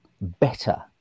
better